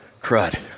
crud